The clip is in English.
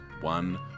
one